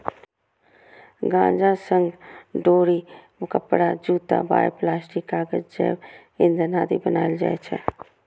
गांजा सं डोरी, कपड़ा, जूता, बायोप्लास्टिक, कागज, जैव ईंधन आदि बनाएल जाइ छै